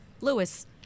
lewis